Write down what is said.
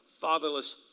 fatherless